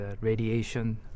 radiation